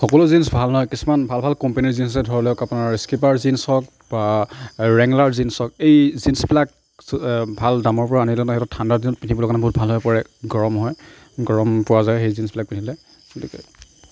সকলো জিন্ছ ভাল নহয় কিছুমান ভাল ভাল কোম্পেনীৰ জিন্ছ আছে ধৰি লওক আপোনাৰ স্কীপাৰ জিন্ছ হওক বা ৰেংলাৰ জিন্ছ হওক এই জিন্ছবিলাক ভাল দামৰপৰা আনিলেও নানিলেও ঠাণ্ডাৰ দিনত পিন্ধিবলৈ কাৰণে বহুত ভাল হৈ পৰে গৰম হয় গৰম পোৱা যায় এই জিন্ছবিলাক পিন্ধিলে গতিকে